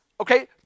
okay